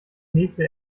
nächste